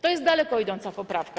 To jest daleko idąca poprawka.